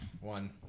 One